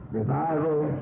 revival